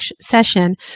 session